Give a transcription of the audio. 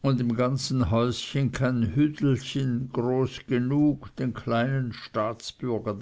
und im ganzen häuschen kein hüdelchen groß genug den kleinen staatsbürger